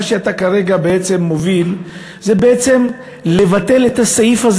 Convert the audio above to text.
מה שאתה כרגע מוביל זה ביטול הסעיף הזה